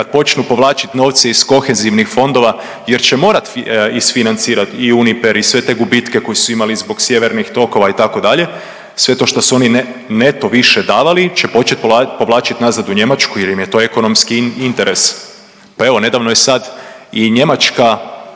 kad počnu povlačit novce iz kohezivnih fondova jer će morati isfinancirati i Uniper i sve te gubitke koje su imali zbog sjevernih tokova itd. Sve to što su oni neto više davali će početi povlačiti nazad u Njemačku jer im je to ekonomski interes. Pa evo nedavno je sad i Njemačka